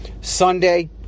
Sunday